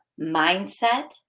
mindset